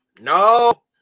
no